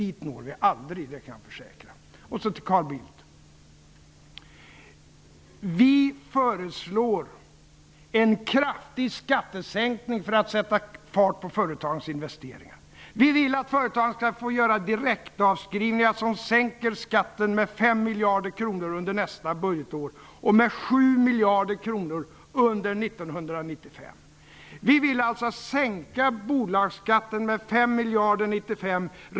Dit når vi aldrig, kan jag försäkra. Till Carl Bildt: Vi föreslår en kraftig skattesänkning för att sätta fart på företagens investeringar. Vi vill att företagen skall få göra direktavskrivningar som sänker skatten med 5 miljarder kronor under nästa budgetår och med 7 miljarder kronor under 1995. Vi vill alltså sänka bolagsskatten med 5 miljarder 1995.